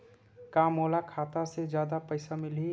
का मोला खाता से जादा पईसा मिलही?